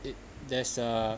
it there's a